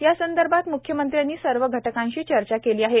यासंदर्भात म्ख्यमंत्र्यांनी सर्व घटकांशी चर्चा केली आहे